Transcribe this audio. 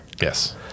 Yes